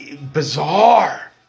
bizarre